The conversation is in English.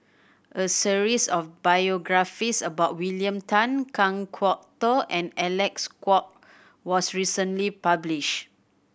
a series of biographies about William Tan Kan Kwok Toh and Alec Kuok was recently publish